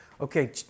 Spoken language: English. Okay